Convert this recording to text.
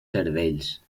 cervells